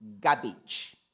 garbage